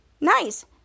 nice